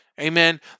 Amen